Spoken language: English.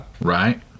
Right